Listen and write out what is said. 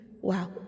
wow